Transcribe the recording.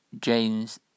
James